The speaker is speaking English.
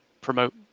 promote